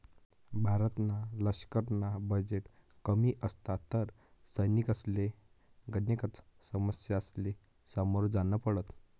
भारतना लशकरना बजेट कमी असता तर सैनिकसले गनेकच समस्यासले समोर जान पडत